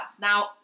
Now